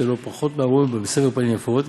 שייתן לו פחות מן הראוי ובסבר פנים יפות.